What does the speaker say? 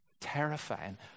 terrifying